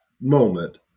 moment